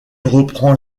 reprend